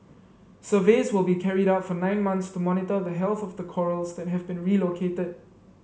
surveys will be carried out for nine months to monitor the health of the corals that have been relocated